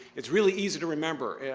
it's really easy to remember,